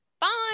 bye